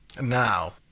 Now